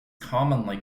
commonly